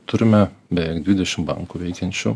turime beveik dvidešimt bankų veikiančių